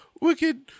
wicked